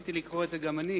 רציתי לקרוא את זה גם אני.